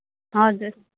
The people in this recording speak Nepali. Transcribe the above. हजुर